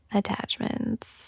attachments